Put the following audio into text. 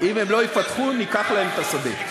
אם הם לא יפתחו ניקח להם את השדה.